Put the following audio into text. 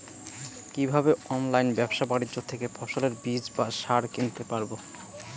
কীভাবে অনলাইন ব্যাবসা বাণিজ্য থেকে ফসলের বীজ বা সার কিনতে পারবো?